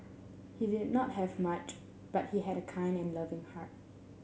he did not have much but he had a kind and loving heart